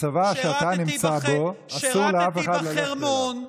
הצבא שאתה נמצא בו, אסור לאף אחד ללכת אליו.